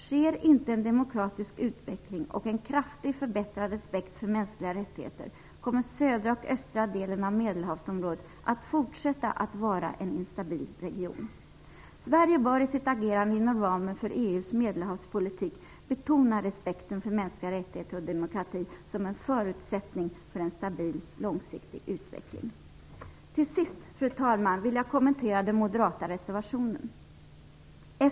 Sker inte en demokratisk utveckling och en kraftig förbättring av respekten för mänskliga rättigheter kommer södra och östra delen av Medelhavsområdet att fortsätta att vara en instabil region. Sverige bör i sitt agerande inom ramen för EU:s Medelhavspolitik betona respekten för mänskliga rättigheter och demokrati som en förutsättning för en stabil långsiktig utveckling. Till sist, fru talman, vill jag kommentera den moderata reservationen.